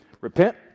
Repent